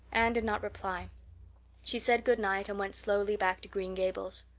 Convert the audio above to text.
anne did not reply she said good night and went slowly back to green gables.